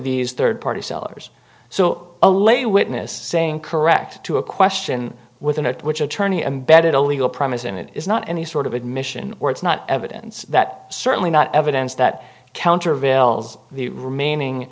these third party sellers so a lay witness saying correct to a question with a note which attorney embedded a legal promise and it is not any sort of admission or it's not evidence that certainly not evidence that countervailing the remaining